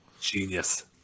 Genius